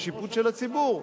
לשיפוט של הציבור,